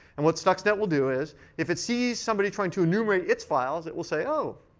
and what stuxnet will do is, if it sees somebody trying to enumerate its files, it will say, oh,